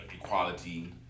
equality